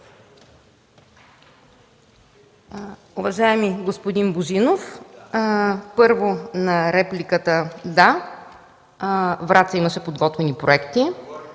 Уважаеми господин Божинов, първо – на репликата. Да, Враца имаше подготвени проекти,